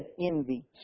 envy